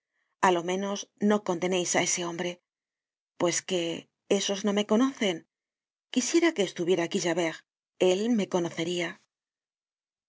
a lo menos no condeneis á ese hombre pues qué esos no me conocen quisiera que estuviera aqui javert él me conoceria